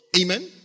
Amen